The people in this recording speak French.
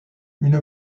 une